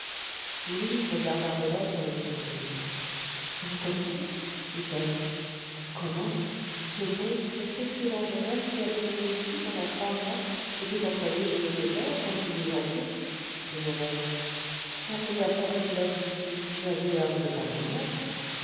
louise regarda rodolphe avec surprise vous le connaissez dit-elle comment ce bon cet excellent jeune homme qui a demeuré ici pendant trois mois était employé chez le notaire quand tu y es entrée dit morel la première fois que tu l'as vu ici tu as eu l'air de ne pas le connaître